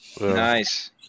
Nice